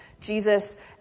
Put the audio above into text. Jesus